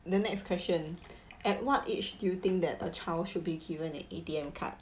the next question at what age do you think that a child should be given an A_T_M card